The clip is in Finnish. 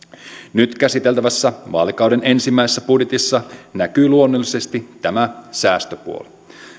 nyt käsiteltävässä vaalikauden ensimmäisessä budjetissa näkyy luonnollisesti tämä säästöpuoli